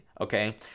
okay